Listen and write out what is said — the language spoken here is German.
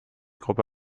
gruppe